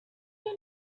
you